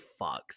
fucks